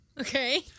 Okay